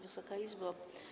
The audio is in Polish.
Wysoka Izbo!